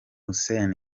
hussein